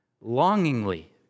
longingly